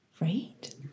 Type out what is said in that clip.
Right